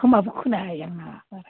खोमायाबो खोनायाहाय आंना बारा